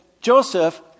Joseph